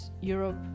Europe